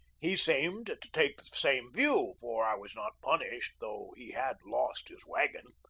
he seemed to take the same view, for i was not punished, though he had lost his wagon.